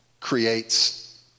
creates